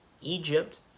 Egypt